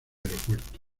aeropuerto